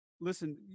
Listen